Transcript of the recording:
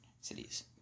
Cities